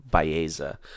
Baeza